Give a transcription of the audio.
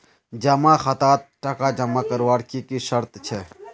जमा खातात टका जमा करवार की की शर्त छे?